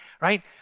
right